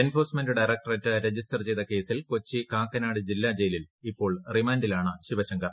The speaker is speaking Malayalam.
എൻഫോഴ്സ്മെന്റ് ഡയറക്ടറേറ്റ് രജിസ്റ്റർ ചെയ്ത കേസിൽ കൊച്ചി കാക്കനാട് ജില്ലാ ജയിലിൽ റിമാന്റിലാണ് ശിവശങ്കർ